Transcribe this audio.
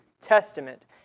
Testament